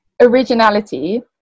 originality